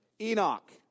Enoch